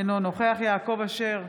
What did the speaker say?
אינו נוכח יעקב אשר,